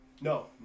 no